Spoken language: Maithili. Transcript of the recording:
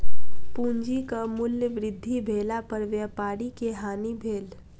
पूंजीक मूल्य वृद्धि भेला पर व्यापारी के हानि भेल